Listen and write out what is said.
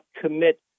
commit